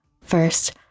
First